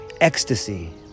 ecstasy